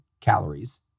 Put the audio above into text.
calories